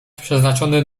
przeznaczony